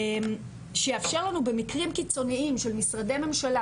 שיאפשר לנו במקרים קיצוניים של משרדי ממשלה